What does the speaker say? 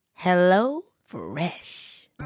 HelloFresh